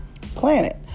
planet